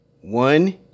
One